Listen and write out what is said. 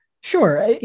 sure